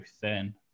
thin